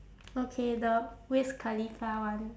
okay the wiz khalifa one